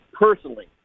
personally